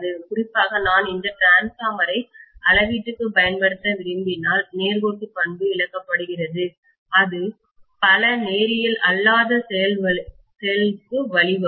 குறிப்பாக நான் இந்த டிரான்ஸ்பார்மர் ஐ அளவீட்டுக்கு பயன்படுத்த விரும்பினால் நேர்கோட்டு பண்பு இழக்கப்படுகிறது இது பல நேரியல் அல்லாத செயல் க்கு வழிவகுக்கும்